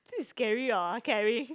is scary or caring